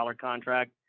contract